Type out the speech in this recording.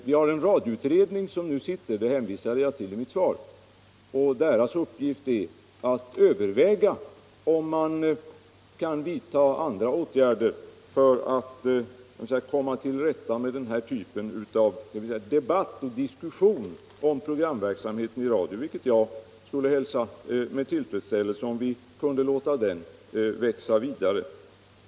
Vi har f. n. en radioutredning — den hänvisade jag till i mitt svar — som reglerar hur programverksamheten skall utformas, och dess uppgift är att överväga, om andra åtgärder kan vidtas för att man skall kunna möta den här typen av debatt och diskussion om programverksamheten i radio. Jag skulle hälsa med tillfredsställelse att vi kunde låta den diskussionen fortsätta att växa.